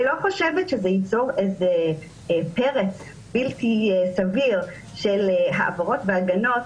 אני לא חושבת שזה ייצור איזה פרץ בלתי סביר של העברות והגנות,